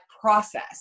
process